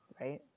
right